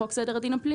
בחוק סדר הדין הפלילי,